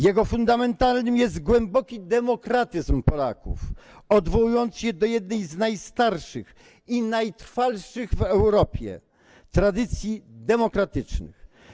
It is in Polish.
Jego fundamentem jest głęboki demokratyzm Polaków odwołujący się do jednej z najstarszych i najtrwalszych w Europie tradycji demokratycznych.